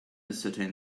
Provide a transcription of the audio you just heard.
ascertain